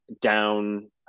down